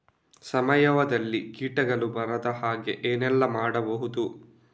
ಸಾವಯವದಲ್ಲಿ ಕೀಟಗಳು ಬರದ ಹಾಗೆ ಏನೆಲ್ಲ ಮಾಡಬಹುದು?